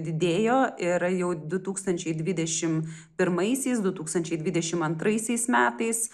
didėjo ir jau du tūkstančiai dvidešim pirmaisiais du tūkstančiai dvidešim antraisiais metais